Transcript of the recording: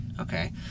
okay